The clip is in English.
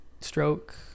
stroke